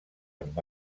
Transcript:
amb